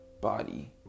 body